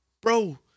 bro